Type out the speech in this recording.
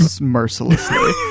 mercilessly